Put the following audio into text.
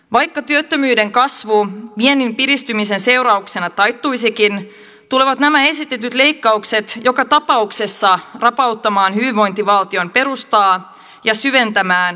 vaikka työttömyyden kasvu viennin piristymisen seurauksena taittuisikin tulevat nämä esitetyt leikkaukset joka tapauksessa rapauttamaan hyvinvointivaltion perustaa ja syventämään luokkaeroja